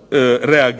Strana